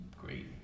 great